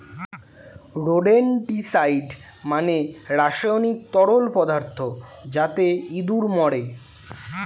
rodenticide মানে রাসায়নিক তরল পদার্থ যাতে ইঁদুর মরে